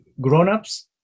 grown-ups